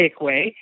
takeaway